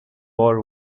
war